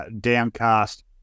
downcast